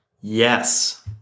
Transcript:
Yes